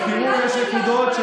ותראו, יש נקודות,